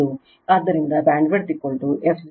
ಆದ್ದರಿಂದ bandwidth f0 Q